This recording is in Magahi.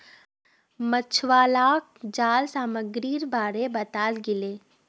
मछुवालाक जाल सामग्रीर बारे बताल गेले